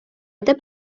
это